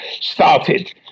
started